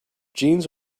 jeans